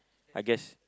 I guess